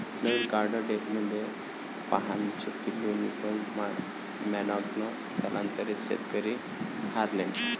नवीन card डेकमध्ये फाहानचे Filipino manong स्थलांतरित शेतकरी हार्लेम